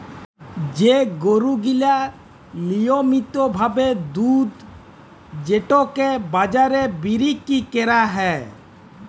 যে গরু গিলা লিয়মিত ভাবে দুধ যেটকে বাজারে বিক্কিরি ক্যরা হ্যয়